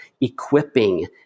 equipping